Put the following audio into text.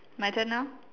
my turn now